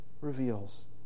reveals